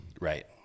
Right